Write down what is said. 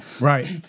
Right